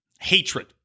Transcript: hatred